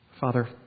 Father